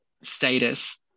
status